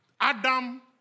Adam